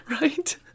right